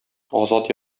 азат